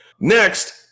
Next